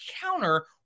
counter